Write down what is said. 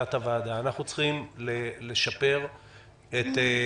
להנהלת הוועדה, לשפר את,